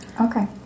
Okay